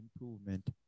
improvement